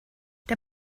der